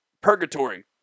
purgatory